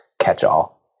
catch-all